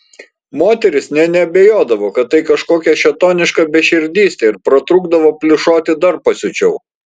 moterys nė neabejodavo kad tai kažkokia šėtoniška beširdystė ir pratrūkdavo plyšoti dar pasiučiau